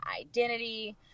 identity